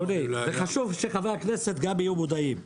חשוב שגם חברי הכנסת יהיו מודעים לזה.